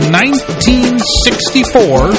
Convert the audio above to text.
1964